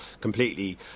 completely